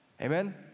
Amen